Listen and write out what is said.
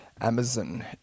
Amazon